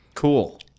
cool